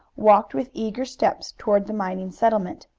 walked with eager steps toward the mining settlement.